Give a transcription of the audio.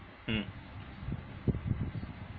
mm